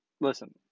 Listen